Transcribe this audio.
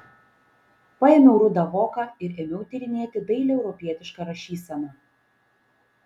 paėmiau rudą voką ir ėmiau tyrinėti dailią europietišką rašyseną